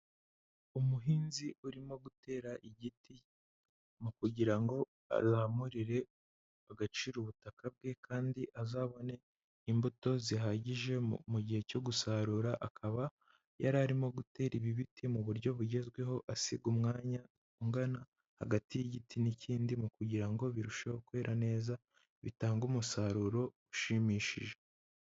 Umuhinzi urimo gutera igiti, mu kugira ngo azamurire agaciro ubutaka bwe kandi azabone imbuto zihagije mu gihe cyo gusarura, akaba yari arimo gutera ibi biti mu buryo bugezweho asiga umwanya ungana hagati y'igiti n'ikindi mu kugira ngo birusheho kwera neza bitanga umusaruro ushimishije.